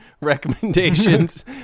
recommendations